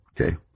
okay